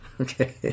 Okay